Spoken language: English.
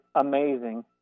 amazing